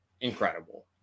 incredible